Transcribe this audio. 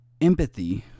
empathy